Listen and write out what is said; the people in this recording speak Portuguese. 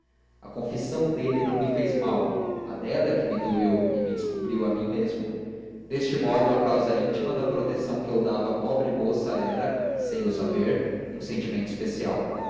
a confissão dele não me faz mal a dela é que me doeu e me descobriu a mim mesmo deste modo a causa íntima da proteção que eu dava à pobre moça era sem o saber um sentimento especial